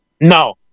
No